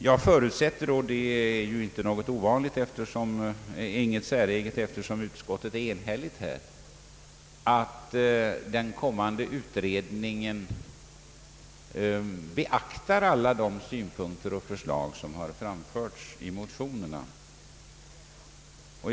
Jag förutsätter — det är iu inget säreget eftersom det är ett enhälligt utskottsutlåtande — att den kommande utredningen beaktar alla de synpunkter och förslag som har framförts i motionerna.